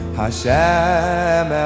Hashem